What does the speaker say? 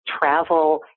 travel